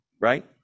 right